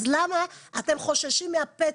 למה אתם חוששים מהפתח?